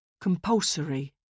Compulsory